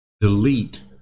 delete